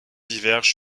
divergent